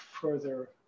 further